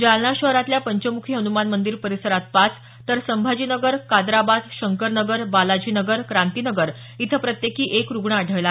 जालना शहरातल्या पंचमुखी हनुमान मंदिर परिसरात पाच तर संभाजी नगर काद्राबाद शंकरनगर बालाजी नगर क्रांतीनगर इथं प्रत्येकी एक रुग्ण आढळला